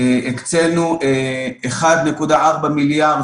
הקצינו 1.4 מיליארד,